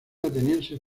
atenienses